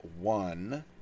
one